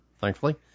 thankfully